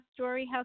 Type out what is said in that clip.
StoryHouse